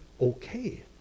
okay